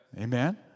Amen